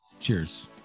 Cheers